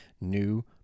new